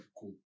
Cool